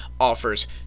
offers